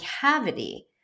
cavity